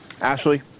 Ashley